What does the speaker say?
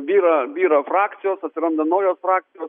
byra byra frakcijos atsiranda naujos frakcijos